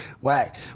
whack